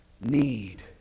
need